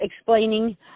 explaining